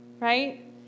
right